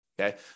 okay